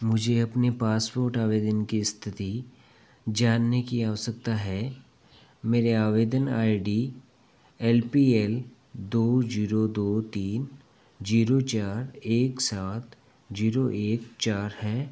मुझे अपने पासपोर्ट आवेदन की स्थिति जानने की आवश्यकता है मेरे आवेदन I D L P L दो जीरो दो तीन जीरो चार एक सात जीरो एक चार है